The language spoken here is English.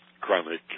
chronic